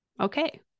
Okay